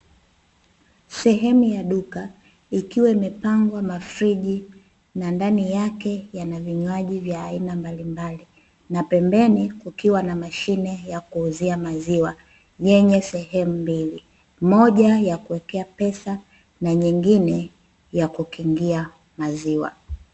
Sehemu ya duka ikiwa imepangwa mafriji na ndani yake yana vinywaji vya aina mbalimbali na pembeni kukiwa na mashine ya kuuzia maziwa yenye sehemu mbili; moja ya kuwekea pesa na nyingine ya kukingia maziwa.